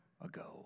ago